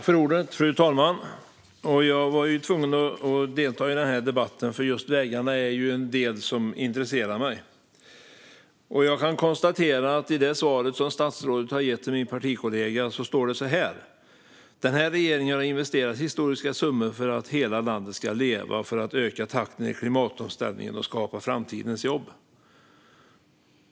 Fru talman! Jag var tvungen att delta i denna debatt, för just vägarna är något som intresserar mig. Jag kan konstatera att det i det svar som statsrådet har gett min partikollega står så här: "Den här regeringen har investerat historiska summor för att hela landet ska leva och för att öka takten i klimatomställningen och skapa framtidens jobb."